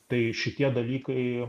tai šitie dalykai